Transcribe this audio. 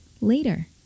later